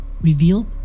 revealed